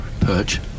Perch